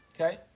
Okay